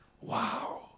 Wow